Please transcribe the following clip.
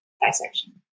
dissection